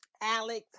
Alex